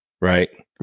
Right